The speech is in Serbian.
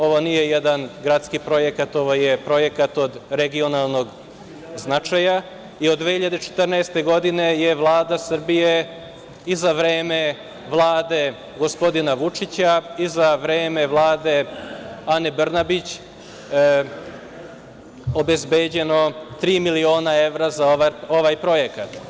Ovo nije jedan gradski projekat, ovo je projekat od regionalnog značaja i od 2014. godine je Vlada Srbije i za vreme Vlade gospodina Vučića i za vreme Vlade Ane Brnabić obezbeđeno tri miliona evra za ovaj projekat.